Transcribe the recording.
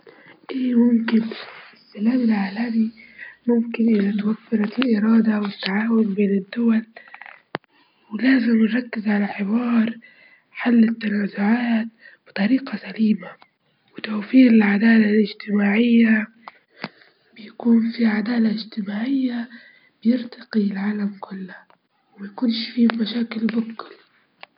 طبعًا التعليم بيهمني جدًا للمجتمع لإن ب- بيفتح فرص للتطور والنمو ومن خلال تعليمنا بنبدوأ نحلوا مشاكلنا بطريقة راقية وتبني لنا مستقبل أفضل وحياة صحية جميلة ورائعة.